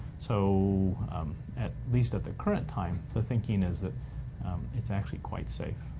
so at least at the current time, the thinking is that it's actually quite safe.